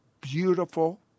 beautiful